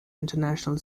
international